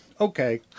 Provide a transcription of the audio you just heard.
Okay